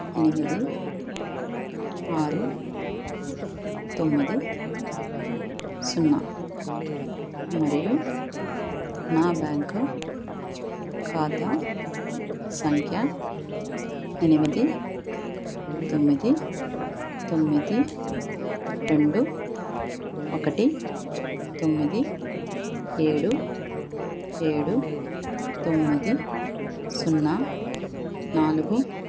ఎనిమిది ఆరు తొమ్మిది సున్నా మరియు నా బ్యాంకు ఖాతా సంఖ్య ఎనిమిది తొమ్మిది తొమ్మిది రెండు ఒకటి తొమ్మిది ఏడు ఏడు తొమ్మిది సున్నా నాలుగు